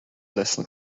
listen